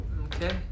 Okay